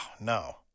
no